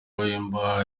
wemba